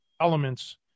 elements